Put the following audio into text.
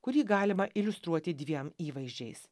kurį galima iliustruoti dviem įvaizdžiais